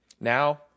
Now